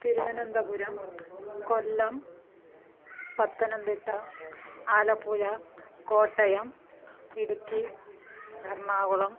Thiruvananthapuram Kollam Pathanamthitta Alappuzha Kottayam Idukki Ernakulam